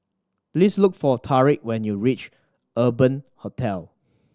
please look for Tariq when you reach Urban Hostel